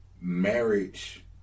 marriage